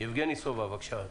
יבגני סובה, בבקשה.